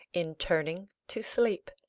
in turning to sleep.